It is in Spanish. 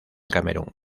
camerún